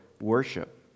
worship